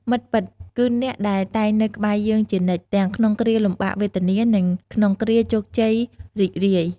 មិត្តពិត គឺអ្នកដែលតែងនៅក្បែរយើងជានិច្ច ទាំងក្នុងគ្រាលំបាកវេទនា និងក្នុងគ្រាជោគជ័យរីករាយ។